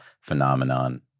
phenomenon